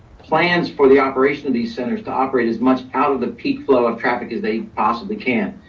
plans for the operation of these centers to operate as much out of the peak flow of traffic as they possibly can.